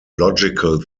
logical